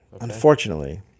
Unfortunately